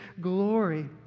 glory